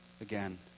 again